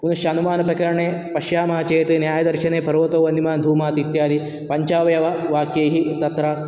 पुनश्च अनुमान प्रकरणे पश्यामः चेत् न्यायदर्शने पर्वतो वह्निमान् धूमात् इत्यादि पञ्चावयववाक्यैः तत्र तस्य